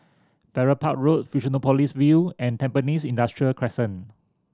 Farrer Park Road Fusionopolis View and Tampines Industrial Crescent